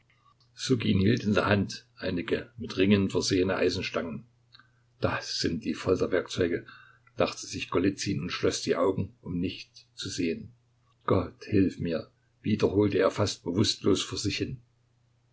hielt in der hand einige mit ringen versehene eisenstangen das sind die folterwerkzeuge dachte sich golizyn und schloß die augen um nicht zu sehen gott hilf mir wiederholte er fast bewußtlos vor sich hin